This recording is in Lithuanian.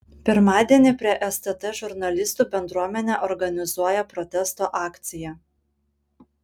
pirmadienį prie stt žurnalistų bendruomenė organizuoja protesto akciją